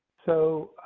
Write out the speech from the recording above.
so,